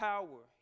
power